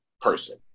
person